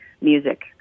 music